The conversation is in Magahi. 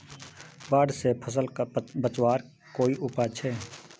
बाढ़ से फसल बचवार कोई उपाय छे?